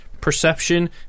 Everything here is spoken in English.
perception